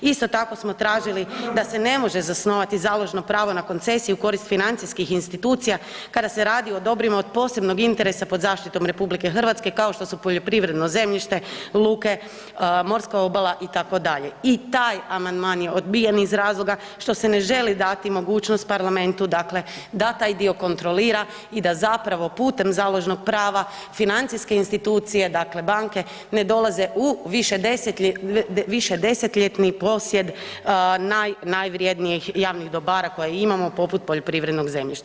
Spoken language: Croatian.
Isto tako smo tražili da se ne može zasnovati založno pravo na koncesiju u korist financijskih institucija kada se radi o dobrima od posebnog interesa pod zaštitom RH kao što su poljoprivredno zemljište, luke, morska obala itd. i taj amandman je odbijen iz razloga što se ne želi dati mogućnost Parlamentu da taj dio kontrolira i da putem založnog prava financijske institucije dakle banke ne dolaze u višedesetljetni posjed najvrjednijih javnih dobara koje imamo poput poljoprivrednog zemljišta.